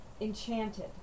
enchanted